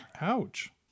Ouch